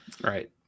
Right